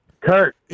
Kurt